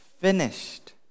finished